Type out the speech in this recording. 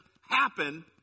happen